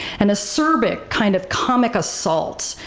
an acerbic kind of comic assault,